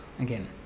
Again